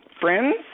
friends